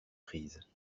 prise